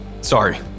Sorry